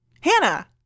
Hannah